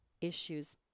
issues